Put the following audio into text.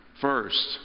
first